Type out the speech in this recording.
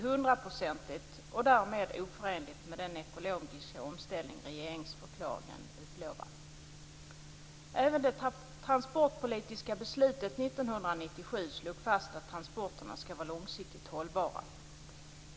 Skavsta köptes i juli 1998 av det engelska företaget TBI.